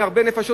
הרבה נפשות,